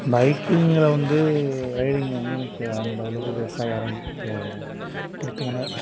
பைக்கிங்க்ல வந்து ரைடிங் வந்து எனக்கு அந்தளவுக்கு பெருசாக யாரும் தே பிடித்தமான